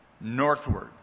northward